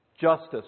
Justice